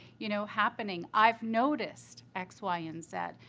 you know, happening? i've noticed x, y and z.